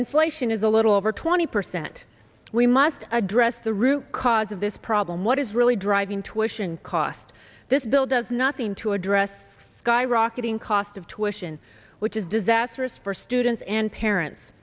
inflation is a little over twenty percent we must address the root cause of this problem what is really driving to ition cost this bill does nothing to address skyrocketing cost of tuitions which is disastrous for students and parents